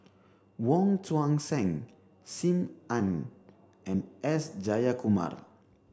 Wong Tuang Seng Sim Ann and S Jayakumar